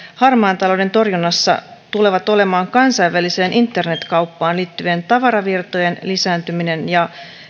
harmaan talouden torjunnassa tulevat olemaan kansainväliseen internet kauppaan liittyvien tavaravirtojen lisääntyminen ja